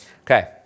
Okay